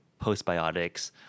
postbiotics